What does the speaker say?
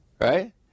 right